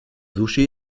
sushi